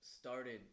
started